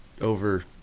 over